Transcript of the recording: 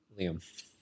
Liam